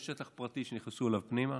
זה שטח פרטי שנכנסו אליו פנימה